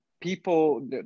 people